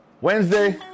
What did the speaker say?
Wednesday